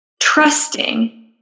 trusting